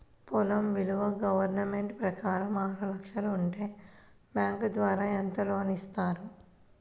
పొలం విలువ గవర్నమెంట్ ప్రకారం ఆరు లక్షలు ఉంటే బ్యాంకు ద్వారా ఎంత లోన్ ఇస్తారు?